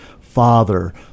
father